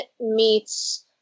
meets